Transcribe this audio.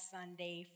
Sunday